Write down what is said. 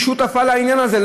היא שותפה לעניין הזה.